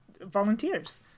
volunteers